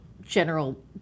general